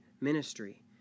ministry